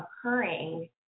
occurring